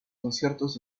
conciertos